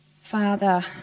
Father